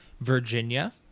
Virginia